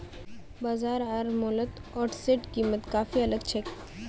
बाजार आर मॉलत ओट्सेर कीमत काफी अलग छेक